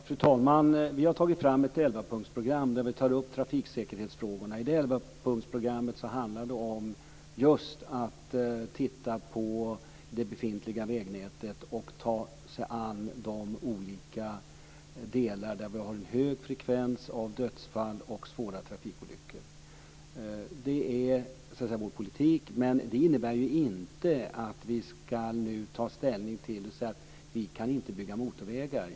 Fru talman! Vi har tagit fram ett elvapunktsprogram där vi tar upp trafiksäkerhetsfrågorna. Det programmet handlar just om att man ska titta på det befintliga vägnätet och ta sig an de olika delar där det är en hög frekvens av dödsfall och svåra trafikolyckor. Det är vår politik, men det innebär inte att vi nu ska ta ställning till att man inte ska bygga motorvägar.